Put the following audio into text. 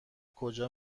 کجا